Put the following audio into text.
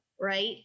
right